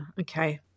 Okay